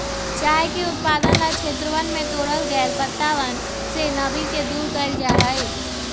चाय के उत्पादन ला क्षेत्रवन से तोड़ल गैल पत्तवन से नमी के दूर कइल जाहई